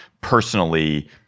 personally